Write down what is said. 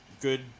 good